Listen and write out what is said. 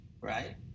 right